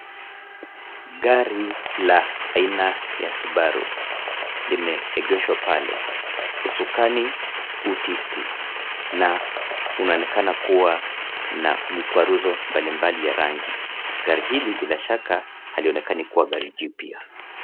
Gari la aina ya Subaru limeegeshwa pale, usukani utisti na unaonekana kuwa na mikwaruzo mbalimbali ya rangi. Gari hili bila shaka halionekani kuwa gari jipya.